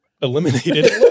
Eliminated